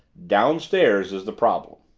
downstairs is the problem.